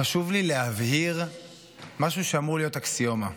חשוב לי להבהיר משהו שאמור להיות אקסיומה: